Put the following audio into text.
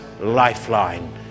lifeline